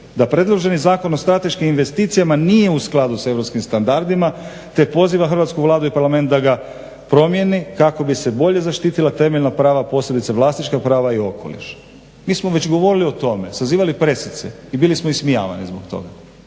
da predloženi zakon ajde o strateškim investicijama nije u skladu sa europskim standardima te poziva Hrvatsku vladu i parlament da ga promijeni kako bi se bolje zaštitila temeljna prava posebice vlasnička prava i okoliš. Mi smo već govorili o tome, sazivali preslice i bili smo ismijavani zbog toga.